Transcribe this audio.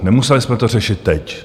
Nemuseli jsme to řešit teď.